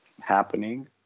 happening